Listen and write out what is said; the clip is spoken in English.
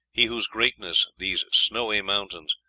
he whose greatness these snowy mountains,